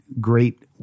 great –